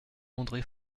andré